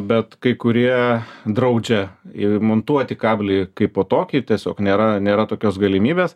bet kai kurie draudžia įmontuoti kablį kaipo tokį tiesiog nėra nėra tokios galimybės